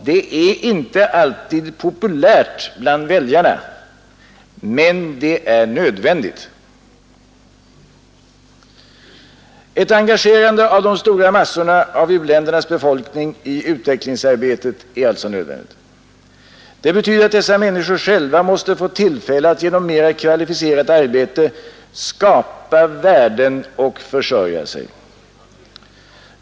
Det är inte alltid populärt bland väljarna, men det är nödvändigt. Ett engagerande av de stora massorna av u-ländernas befolkning i utvecklingsarbetet är alltså nödvändigt. Det betyder, att dessa människor själva måste få tillfälle att genom mera kvalificerat arbete skapa värden och försörja sig.